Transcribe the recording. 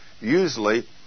usually